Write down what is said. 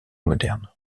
modernes